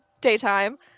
daytime